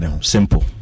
simple